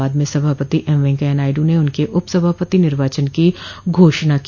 बाद में सभापति एम वेंकैया नायडु ने उनके उपसभापति निर्वाचन की घोषणा की